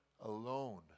alone